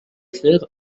faire